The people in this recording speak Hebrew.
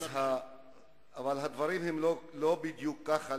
אבל הדברים הם לא בדיוק ככה,